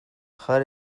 jar